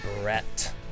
Brett